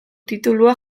titulua